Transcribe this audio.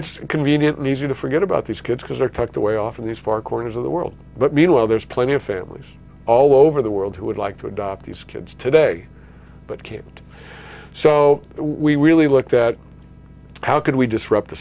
it's convenient and easy to forget about these kids because they're tucked away off in these far corners of the world but meanwhile there's plenty of families all over the world who would like to adopt these kids today but can't so we really like that how can we disrupt the